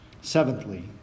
seventhly